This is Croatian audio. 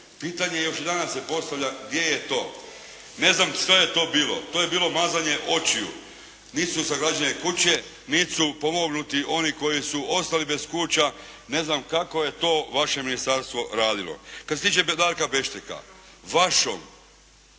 Pitanje još i danas se postavlja gdje je to. Ne znam što je to bilo. To je bilo mazanje očiju. Niti su sagrađene kuće, niti su pomognuti oni koji su ostali bez kuća. Ne znam kako je to vaše ministarstvo radilo. Kad se tiče …/Govornik se